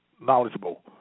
knowledgeable